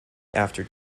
after